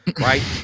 Right